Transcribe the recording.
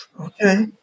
okay